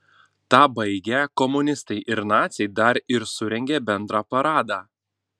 tą baigę komunistai ir naciai dar ir surengė bendrą paradą